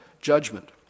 judgment